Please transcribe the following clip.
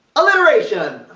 alliteration!